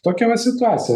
tokia va situacija